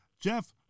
Jeff